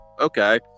okay